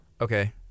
okay